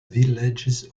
villages